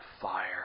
fire